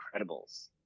Incredibles